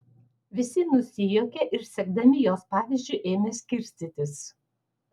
visi nusijuokė ir sekdami jos pavyzdžiu ėmė skirstytis